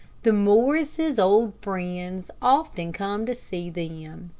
the morrises' old friends often come to see them.